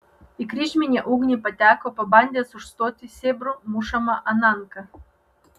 į kryžminę ugnį pateko pabandęs užstoti sėbrų mušamą ananką